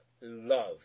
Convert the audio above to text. love